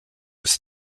was